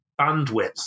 bandwidth